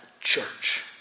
church